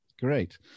Great